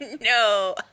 No